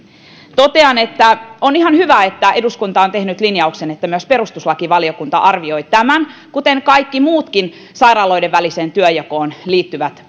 totean että on ihan hyvä että eduskunta on tehnyt linjauksen että myös perustuslakivaliokunta arvioi tämän kuten kaikki muutkin sairaaloiden väliseen työnjakoon liittyvät